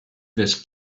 this